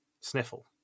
sniffle